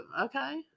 okay